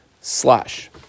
Slash